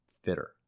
fitter